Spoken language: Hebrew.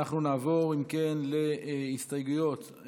אם כן, אנחנו נעבור להסתייגויות.